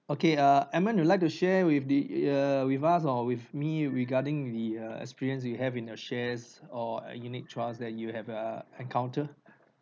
okay uh edmund you'd like to share with the err with us or with me regarding the uh experience you have in your shares or a unit trusts that you have err encounter